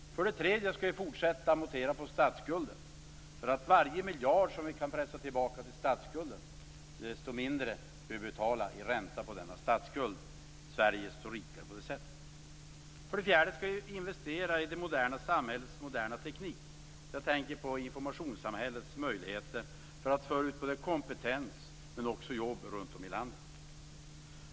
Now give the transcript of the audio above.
För det tredje skall vi fortsätta att amortera på statsskulden. Ju mer vi kan pressa tillbaka statsskulden, desto mindre behöver vi betala i ränta på denna statsskuld. Sverige står rikare på det sättet. För det fjärde skall vi investera i det moderna samhällets moderna teknik. Jag tänker på informationssamhällets möjligheter att föra ut både kompetens och jobb runt om i landet.